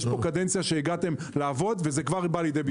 יש פה קדנציה שהגעתם לעבוד וזה כבר בא לידי ביטוי.